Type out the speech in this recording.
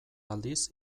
aldiz